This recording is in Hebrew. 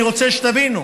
אני רוצה שתבינו: